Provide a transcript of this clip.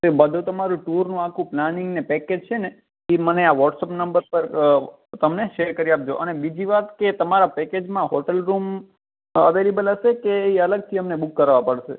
એ બધું તમારું ટુરનું આખું પ્લાનિંગને પૅકેટ છે ને એ મને આ વોટ્સઅપ નંબર પર તમને શેર કરી આપજો અને બીજી વાત કે તમારા પૅકેટમાં હોટલ રૂમ અવેલેબલ હશે કે ઈ અલગથી અમને બુક કરવા પડશે